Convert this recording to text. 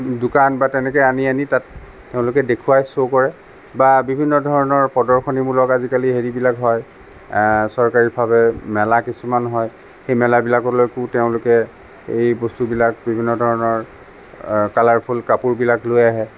দোকান বা তেনেকে আনি আনি তাত তেওঁলোকে দেখুৱাই শ্ব' কৰে বা বিভিন্ন ধৰণৰ প্ৰদৰ্শনী মূলক আজিকালি হেৰি বিলাক হয় চৰকাৰীভাৱে মেলা কিছুমান হয় সেই মেলা বিলাকলৈকো তেওঁলোকে এই বস্তুবিলাক বিভিন্ন ধৰণৰ কালাৰফুল কাপোৰবিলাক লৈ আহে